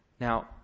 now